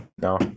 No